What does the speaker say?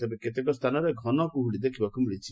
ତେବେ କେତେକ ସ୍ଚାନରେ ଘନକୁହୁଡି ଦେଖିବାକୁ ମିଳିଛି